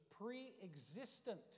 pre-existent